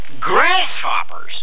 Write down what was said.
Grasshoppers